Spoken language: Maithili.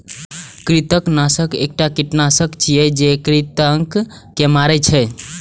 कृंतकनाशक एकटा कीटनाशक छियै, जे कृंतक के मारै छै